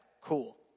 Cool